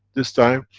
this time,